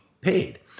paid